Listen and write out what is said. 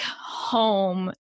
home